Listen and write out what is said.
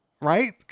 Right